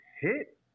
hit